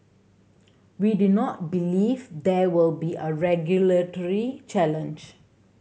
we do not believe there will be a regulatory challenge